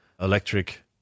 electric